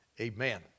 amen